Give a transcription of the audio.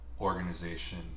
organization